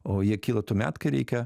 o jie kyla tuomet kai reikia